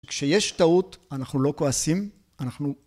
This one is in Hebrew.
כשיש טעות אנחנו לא כועסים, אנחנו...